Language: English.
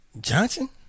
Johnson